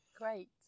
great